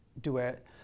duet